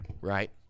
right